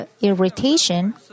irritation